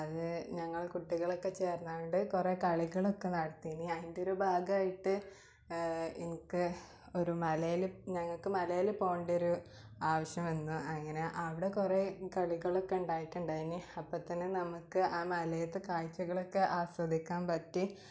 അത് ഞങ്ങൾ കുട്ടികളൊക്കെ ചേർന്നു കൊണ്ട് കുറേ കളികളൊക്കെ നടത്തീനി അതിൻ്റെ ഒരു ഭാഗമായിട്ട് എനിക്ക് ഒരു മലയിൽ ഞങ്ങൾക്ക് മലയിൽ പോവേണ്ട ഒരു ആവശ്യം വന്നു അങ്ങനെ അവിടെ കുറേ കളികളൊക്കെ ഉണ്ടായിട്ടുണ്ടായിരുന്നു അപ്പം തന്നെ നമുക്ക് ആ മലയിലത്തെ കാഴ്ചകളൊക്കെ ആസ്വദിക്കാൻ പറ്റി